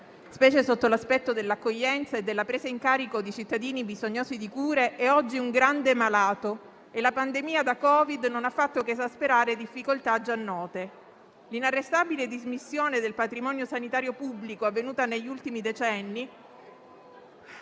specie sotto l'aspetto dell'accoglienza e della presa in carico di cittadini bisognosi di cure, è oggi un grande malato e la pandemia da Covid non ha fatto che esasperare difficoltà già note. L'inarrestabile dismissione del patrimonio sanitario pubblico avvenuta negli ultimi decenni